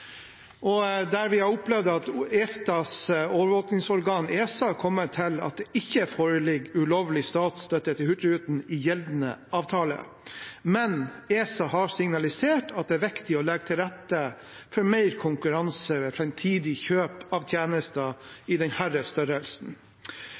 EFTAs overvåkingsorgan, ESA, har kommet til at det ikke foreligger ulovlig statsstøtte til Hurtigruten i gjeldende avtale, men ESA har signalisert at det er viktig å legge til rette for mer konkurranse ved framtidige kjøp av tjenester